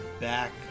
back